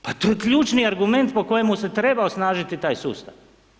Pa to je ključni argument po kojemu se treba osnažiti taj sustav.